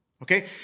Okay